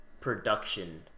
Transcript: production